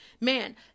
Man